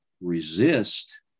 resist